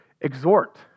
exhort